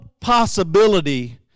possibility